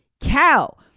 cow